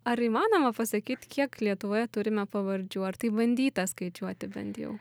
ar įmanoma pasakyt kiek lietuvoje turime pavardžių ar taip bandyta skaičiuoti bent jau